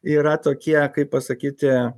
yra tokie kaip pasakyti